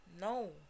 No